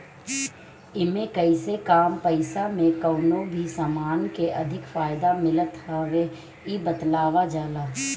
एमे कइसे कम पईसा में कवनो भी समान के अधिक फायदा मिलत हवे इ बतावल जाला